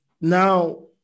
now